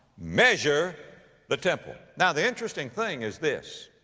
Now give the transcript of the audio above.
measure the temple. now the interesting thing is this,